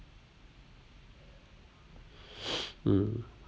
hmm